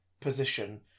position